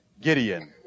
Gideon